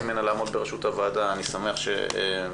ממנה לעמוד בראשות הוועדה ואני שמח שהסכמת.